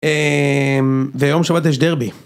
אמ... ויום שבת יש דרבי.